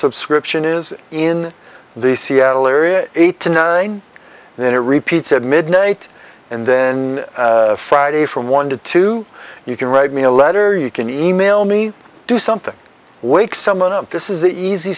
subscription is in the seattle area eight to nine and then it repeats at midnight and then friday from one to two you can write me a letter you can email me do something wake someone up this is